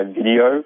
video